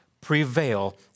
prevail